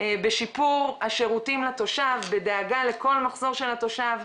בשיפור השירותים לתושב; בדאגה לכל מחסור של התושב,